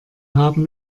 haben